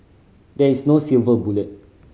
there is no silver bullet